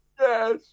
Yes